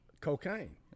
cocaine